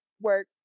work